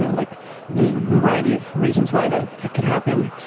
and like variety of reasons why that that could happen.